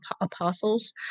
apostles